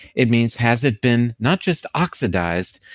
it means has it been not just oxidized,